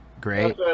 great